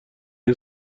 این